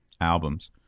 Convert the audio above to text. albums